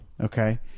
Okay